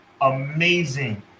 amazing